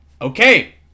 Okay